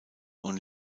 und